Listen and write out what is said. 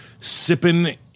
sipping